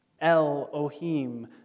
El-Ohim